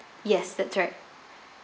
yes that's right